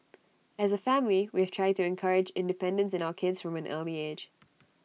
as A family we have tried to encourage independence in our kids from an early age